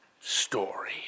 story